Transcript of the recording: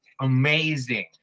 amazing